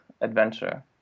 adventure